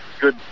good